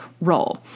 role